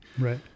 Right